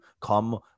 come